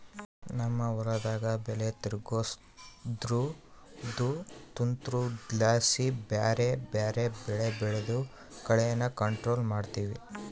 ನಮ್ ಹೊಲುದಾಗ ಬೆಲೆ ತಿರುಗ್ಸೋದ್ರುದು ತಂತ್ರುದ್ಲಾಸಿ ಬ್ಯಾರೆ ಬ್ಯಾರೆ ಬೆಳೆ ಬೆಳ್ದು ಕಳೇನ ಕಂಟ್ರೋಲ್ ಮಾಡ್ತಿವಿ